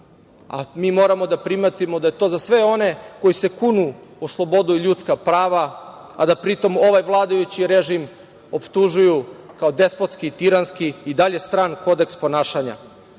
A mi moramo da primetimo da je to za sve one koji se kunu u slobodu i ljudska prava, a da pritom ovaj vladajući režim optužuju kao despotski, tiranski i dalje stran kodeks ponašanja. Srbija